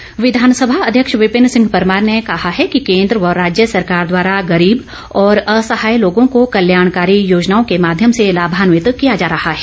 परमार विधानसभा अध्यक्ष विपिन सिंह परमार ने कहा है कि केन्द्र व राज्य सरकार द्वारा गरीब और असहाय लोगों को कल्याणकारी योजनाओं के माध्यम से लाभान्वित किया जा रहा है